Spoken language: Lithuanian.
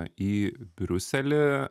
į briuselį